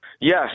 Yes